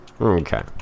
okay